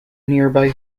nearby